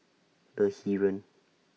The Heeren